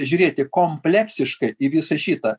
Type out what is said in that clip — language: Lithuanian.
žiūrėti kompleksiškai į visą šitą